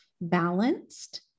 balanced